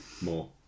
More